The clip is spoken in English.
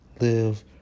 live